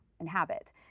inhabit